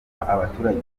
abaturage